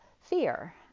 fear